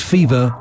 Fever